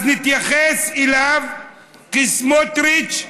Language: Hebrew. אז נתייחס אליו כאל סמוטריץ,